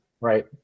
Right